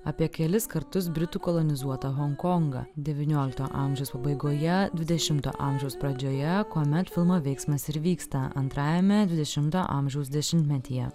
apie kelis kartus britų kolonizuotą honkongą devyniolikto amžiaus pabaigoje dvidešimto amžiaus pradžioje kuomet filmo veiksmas ir vyksta antrajame dvidešimto amžiaus dešimtmetyje